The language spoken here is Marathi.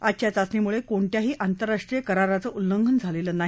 आजच्या चाचणीमुळे कोणत्याही आंतरराष्ट्रीय कराराचं उल्लंघन झालेलं नाही